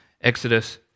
Exodus